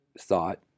thought